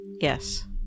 Yes